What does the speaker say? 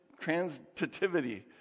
transitivity